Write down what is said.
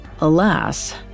Alas